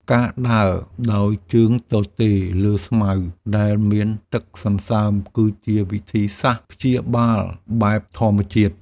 ការដើរដោយជើងទទេលើស្មៅដែលមានទឹកសន្សើម គឺជាវិធីសាស្ត្រព្យាបាលបែបធម្មជាតិ។